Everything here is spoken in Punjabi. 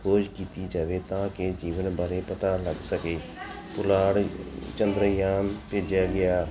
ਖੋਜ ਕੀਤੀ ਜਾਵੇ ਤਾਂ ਕਿ ਜੀਵਨ ਬਾਰੇ ਪਤਾ ਲੱਗ ਸਕੇ ਪੁਲਾੜ ਚੰਦਰਯਾਨ ਭੇਜਿਆ ਗਿਆ